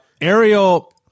Ariel